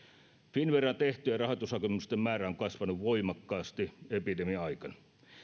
finnveraan tehtyjen rahoitushakemusten määrä on kasvanut voimakkaasti epidemia aikana